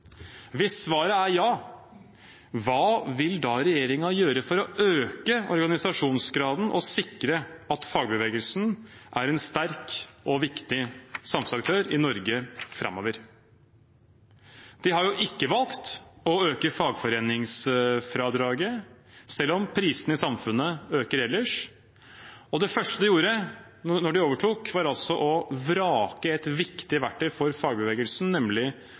Hvis svaret er ja, hva vil da regjeringen gjøre for å øke organisasjonsgraden og sikre at fagbevegelsen er en sterk og viktig samfunnsaktør i Norge framover? De har ikke valgt å øke fagforeningsfradraget, selv om prisene ellers i samfunnet øker. Det første de gjorde da de overtok, var å vrake et viktig verktøy for fagbevegelsen, nemlig